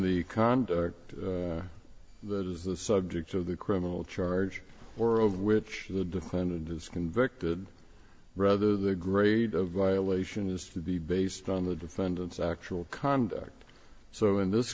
the conduct that is the subject of the criminal charge or of which the defendant is convicted rather the grade of violation is to be based on the defendant's actual conduct so in this